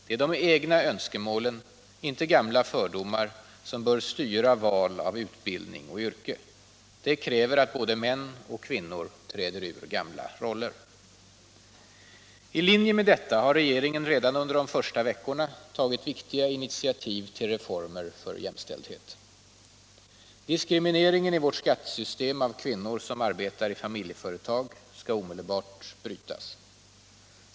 Det är de egna önskemålen, inte gamla fördomar, som bör styra val av utbildning och yrke. Det kräver att både män och kvinnor träder ur gamla roller. I linje med detta har regeringen redan under de första veckorna tagit viktiga initiativ till reformer för jämställdhet. Diskrimineringen i vårt skattesystem av kvinnor som arbetar i familjeföretag skall omedelbart brytas.